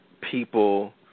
people